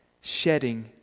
shedding